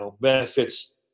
benefits